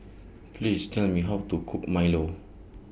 Please Tell Me How to Cook Milo